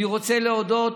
אני רוצה להודות